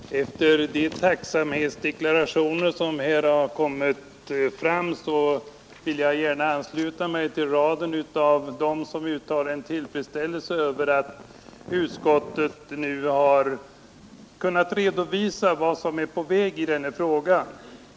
Herr talman! Efter de tacksamhetsdeklarationer som här har kommit fram vill jag gärna ansluta mig till raden av dem som uttalar en tillfredsställelse över att utskottet nu har kunnat redovisa vad som är på väg i den här frågan.